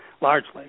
largely